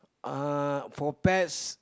uh for pets